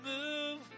move